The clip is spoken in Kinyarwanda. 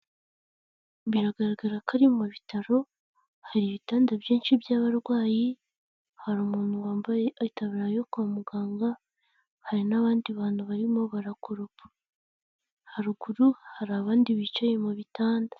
Biragaragara ko ari mu bitaro, hari ibitanda byinshi by'abarwayi, hari umuntu wambaye itaburiya yo kwa muganga, hari n'abandi bantu barimo barakoropa. Haruguru, hari abandi bicaye mu bitanda.